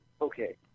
Okay